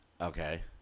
okay